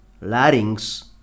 larynx